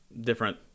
different